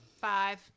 five